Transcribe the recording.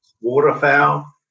waterfowl